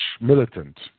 militant